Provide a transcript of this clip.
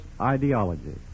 ideology